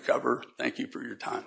cover thank you for your time